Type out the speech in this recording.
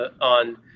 on